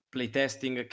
playtesting